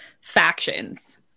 factions